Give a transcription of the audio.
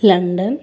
London